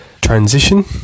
transition